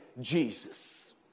Jesus